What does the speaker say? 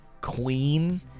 Queen